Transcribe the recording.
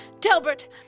Delbert